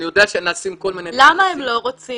אני יודע שנעשים כל מיני --- למה הם לא רוצים?